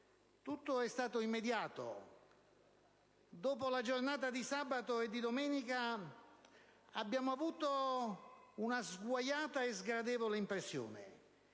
tutto è stato immediato. Dopo le giornate di sabato e di domenica, abbiamo avuto una sguaiata e sgradevole impressione.